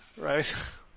right